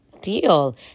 deal